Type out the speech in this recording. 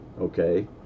okay